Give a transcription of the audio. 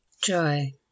Joy